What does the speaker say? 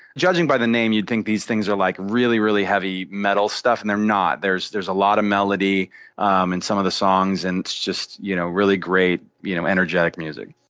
judging by the names you'd think these things are like really, really heavy metal stuff and they're not. there's there's a lot of melody um in some of the songs, and it's just you know really great you know energetic music.